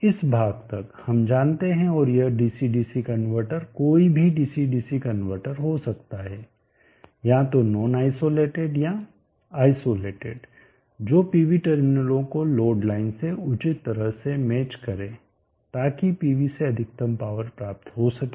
इस भाग तक हम जानते हैं और यह डीसी डीसी कनवर्टर कोई भी डीसी डीसी कनवर्टर हो सकता है या तो नॉन आईसोलेटेड या आईसोलेटेड जो पीवी टर्मिनलों को लोड लाइन से उचित तरह से मैच करे ताकी पीवी से अधिकतम पावर प्राप्त हो सके